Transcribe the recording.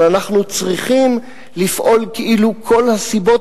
אבל אנחנו צריכים לפעול כאילו כל הסיבות